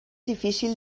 difícil